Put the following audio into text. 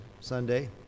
Sunday